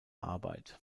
arbeit